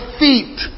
feet